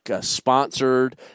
sponsored